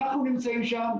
אנחנו נמצאים שם.